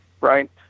right